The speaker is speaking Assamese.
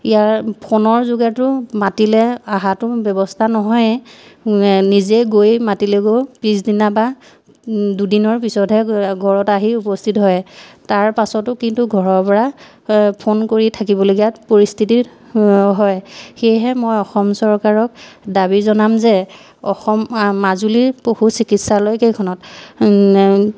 ইয়াৰ ফোনৰ যোগেতো মাতিলে অহাৰ ব্যৱস্থা নহয়েই নিজে গৈ মাতিলে গৈ পিছদিনা বা দুদিনৰ পিছতহে ঘৰত আহি উপস্থিত হয় তাৰ পাছতো কিন্তু ঘৰৰ পৰা ফোন কৰি থাকিবলগীয়া পৰিস্থিতি হয় সেয়েহে মই অসম চৰকাৰক দাবী জনাম যে অসম মাজুলীৰ পশু চিকিৎসালয় কেইখনত